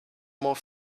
more